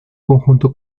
conjunto